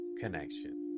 connection